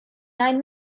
nine